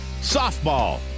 Softball